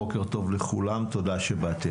בוקר טוב לכולם, תודה שבאתם.